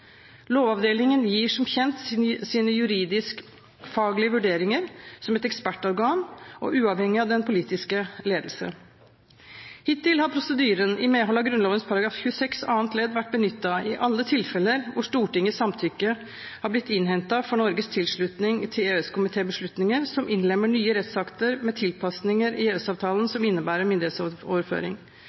Lovavdelingen gir som kjent sine juridisk-faglige vurderinger som et ekspertorgan uavhengig av den politiske ledelse. Hittil har prosedyren i medhold av Grunnloven § 26 annet ledd vært benyttet i alle tilfeller hvor Stortingets samtykke har blitt innhentet for Norges tilslutning til EØS-komitébeslutninger som innlemmer nye rettsakter med tilpasninger i EØS-avtalen som innebærer